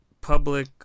Public